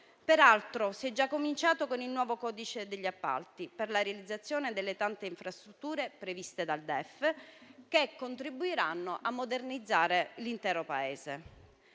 Peraltro, si è già ha cominciato con il nuovo codice degli appalti per la realizzazione delle tante infrastrutture previste dal DEF, che contribuiranno a modernizzare l'intero Paese.